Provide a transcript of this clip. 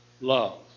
love